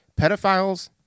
Pedophiles